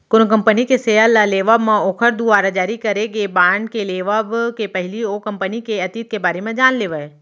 कोनो कंपनी के सेयर ल लेवब म ओखर दुवारा जारी करे गे बांड के लेवब के पहिली ओ कंपनी के अतीत के बारे म जान लेवय